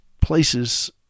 places